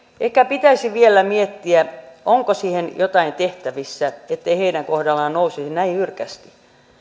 ehkä pitäisi vielä miettiä onko siinä jotain tehtävissä etteivät heidän kohdallaan nousisi näin jyrkästi